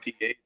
PA